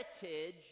heritage